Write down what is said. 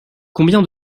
combien